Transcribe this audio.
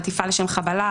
חטיפה לשם חבלה,